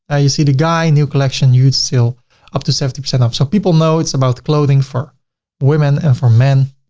ah you see the guy, new collection, huge sale up to seventy percent off. so people know it's about clothing for women and for men.